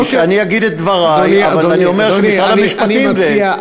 אגיד את דברי, אבל אני אומר שמשרד המשפטים, אוקיי.